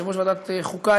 יושב-ראש ועדת החוקה,